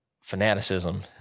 fanaticism